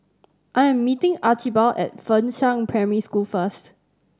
I am meeting Archibald at Fengshan Primary School first